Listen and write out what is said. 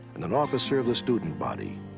and an officer of the student body.